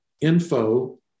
info